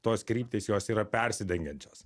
tos kryptys jos yra persidengiančios